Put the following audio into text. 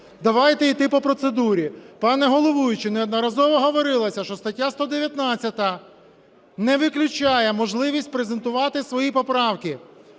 Давайте іти по процедурі. Пане головуючий, неодноразово говорилося, що стаття 119 не виключає можливість презентувати свої поправки.